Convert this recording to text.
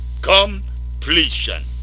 completion